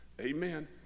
Amen